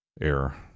Error